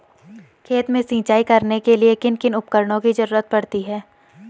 खेत में सिंचाई करने के लिए किन किन उपकरणों की जरूरत पड़ती है?